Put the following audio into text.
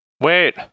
wait